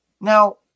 Now